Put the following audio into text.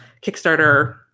Kickstarter